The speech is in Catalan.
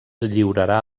lliurarà